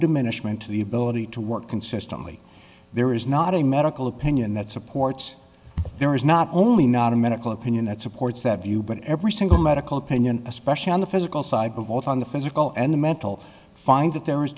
diminishment to the ability to work consistently there is not a medical opinion that supports there is not only not a medical opinion that supports that view but every single medical opinion especially on the physical side but also on the physical and the mental find that there is